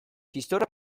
txistorra